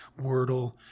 Wordle